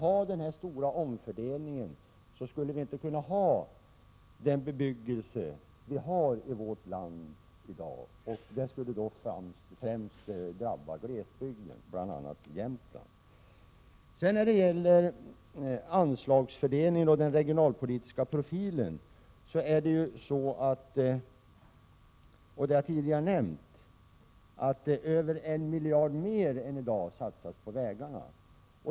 Utan denna stora omfördelning skulle bebyggelsen i vårt land i dag inte se ut som den gör. Under sådana förhållanden skulle främst glesbygden drabbas, bl.a. Jämtland. När det sedan gäller anslagsfördelningens regionalpolitiska profil satsas det i dag, som jag tidigare nämnde, över 1 miljard mer på vägarna.